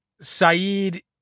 Saeed